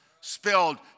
spelled